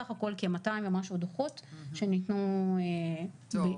סך הכול כ-200 ומשהו דוחות שניתנו במהלך המסיבות.